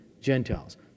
Gentiles